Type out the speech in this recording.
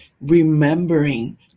remembering